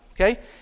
Okay